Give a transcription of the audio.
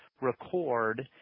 record